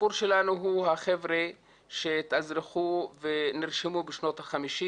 הסיפור שלנו הוא החבר'ה שהתאזרחו ונרשמו בשנות ה-50'